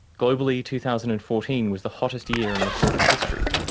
globally, two thousand and fourteen was the hottest year in recorded history.